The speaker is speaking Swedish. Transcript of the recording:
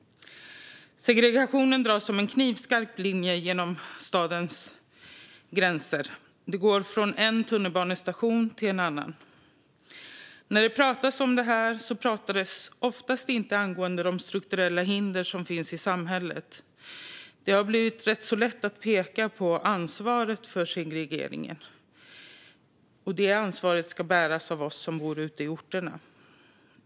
Segregationen dras som en knivskarp linje genom stadens gränser. Den går från en tunnelbanestation till en annan. När det pratas om det här pratas det oftast inte om de strukturella hinder som finns i samhället. Det har blivit rätt lätt att peka på ansvaret för segregeringen, och det ansvaret ska bäras av oss som bor ute i orterna.